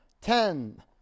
ten